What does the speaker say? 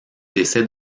décès